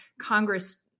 Congress